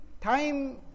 time